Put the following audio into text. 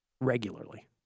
regularly